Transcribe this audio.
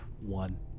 One